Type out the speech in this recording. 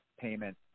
payment